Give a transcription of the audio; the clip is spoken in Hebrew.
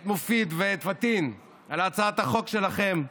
את מופיד ואת פטין על הצעת החוק שלכם,